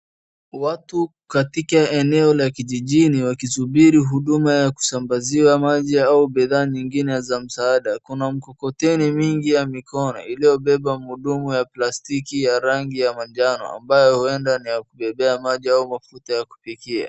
Watu katika eneo la kijijini wakisubiri huduma ya kusambaziwa maji au bidhaa nyingine za msaada. Kuna mkokoteni mingi ya mikono iliyobeba madumu ya plastiki ya rangi ya majano ambayo huenda ni ya kubebea maji au mafuta ya kupikia.